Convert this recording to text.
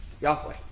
Yahweh